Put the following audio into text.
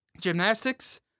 gymnastics